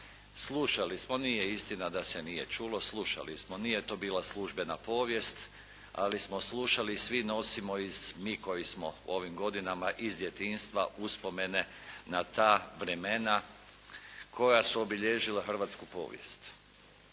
Slušali smo, nije istina da se nije čulo, slušali smo. Nije to bila službena povijest, ali smo slušali i svi nosimo mi koji smo u ovim godinama, iz djetinjstva uspomene na ta vremena koja su obilježila hrvatsku povijest.